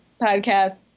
podcasts